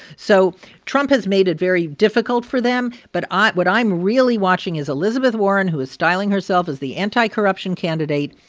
so trump has made it very difficult for them. but ah what i'm really watching is elizabeth warren, who is styling herself as the anti-corruption candidate.